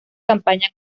campaña